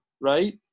right